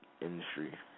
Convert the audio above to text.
industry